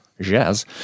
jazz